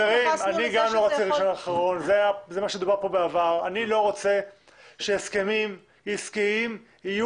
גם אני לא רוצה עמוד ראשון ואחרון.